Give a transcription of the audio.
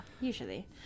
usually